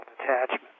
detachment